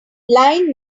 line